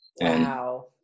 Wow